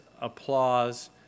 applause